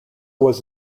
was